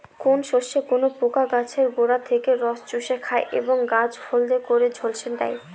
কোন শস্যে কোন পোকা গাছের গোড়া থেকে রস চুষে খায় এবং গাছ হলদে করে ঝলসে দেয়?